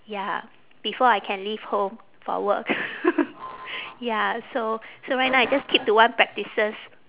ya before I can leave home for work ya so so right now I just keep to one practices